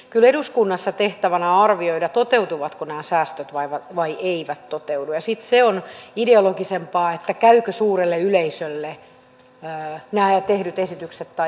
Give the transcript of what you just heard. kyllä eduskunnassa tehtävänä on arvioida toteutuvatko nämä säästöt vai eivätkö toteudu ja sitten se on ideologisempaa käyvätkö suurelle yleisölle nämä tehdyt esitykset tai eivät